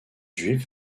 juifs